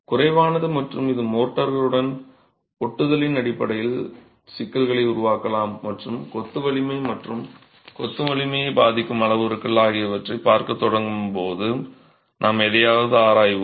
குறைவானது மற்றும் இது மோர்டருடன் ஒட்டுதலின் அடிப்படையில் சிக்கல்களை உருவாக்கலாம் மற்றும் கொத்து வலிமை மற்றும் கொத்து வலிமையைப் பாதிக்கும் அளவுருக்கள் ஆகியவற்றைப் பார்க்கத் தொடங்கும் போது நாம் எதையாவது ஆராய்வோம்